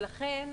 ולכן